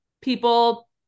people